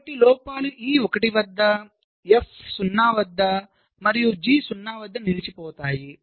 కాబట్టి లోపాలు E 1 వద్ద F 0 వద్ద మరియు G 0 వద్ద నిలిచిపోతాయి